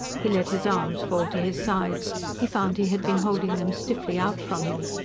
he let his arms fall to his sides he found he had been holding them stiffly out from him.